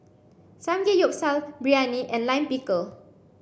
Samgeyopsal Biryani and Lime Pickle